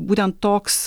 būtent toks